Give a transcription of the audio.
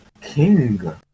King